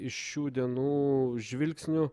iš šių dienų žvilgsniu